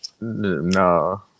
No